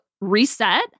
reset